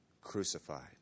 crucified